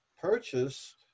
purchase